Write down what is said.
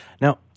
Now